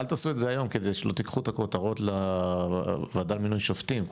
אל תעשו את זה היום כדי שלא תיקחו את הכותרות לוועדת מינוי שופטים,